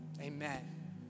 amen